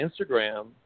Instagram